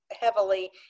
heavily